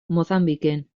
mozambiken